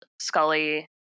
Scully